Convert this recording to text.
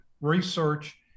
research